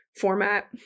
format